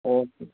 okay